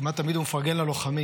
כמעט תמיד הוא מפרגן ללוחמים,